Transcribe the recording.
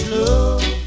love